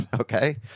Okay